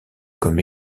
comme